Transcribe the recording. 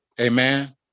Amen